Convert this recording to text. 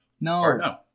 No